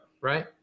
right